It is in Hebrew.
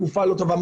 תקופה לא טובה,